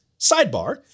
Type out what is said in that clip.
sidebar